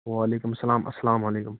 وعلیکُم سلام اسلام علیکُم